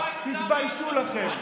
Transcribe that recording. זאת בושה וחרפה, תתביישו לכם.